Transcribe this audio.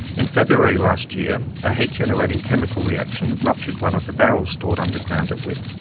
in february last year, a heat-generating chemical reaction ruptured one of the barrels stored underground at wipp, and